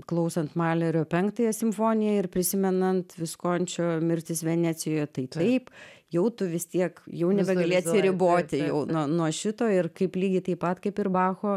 klausant malerio penktąją simfoniją ir prisimenant viskončio mirtis venecijoje tai taip jau tu vis tiek jau nebegali atisriboti jau nuo nuo šito ir kaip lygiai taip pat kaip ir bacho